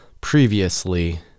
previously